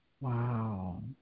Wow